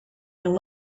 and